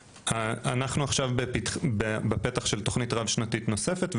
אנחנו עכשיו בפתח של תוכנית רב שנתית נוספת,